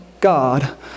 God